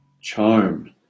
charm